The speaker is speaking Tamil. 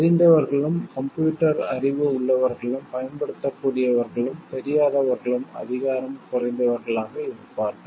தெரிந்தவர்களும் கம்ப்யூட்டர் அறிவு உள்ளவர்களும் பயன்படுத்தக்கூடியவர்களும் தெரியாதவர்களும் அதிகாரம் குறைந்தவர்களாக இருப்பார்கள்